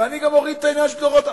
ואני אוריד גם את העניין של הדורות הבאים.